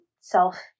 self